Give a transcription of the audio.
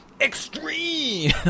extreme